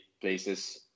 places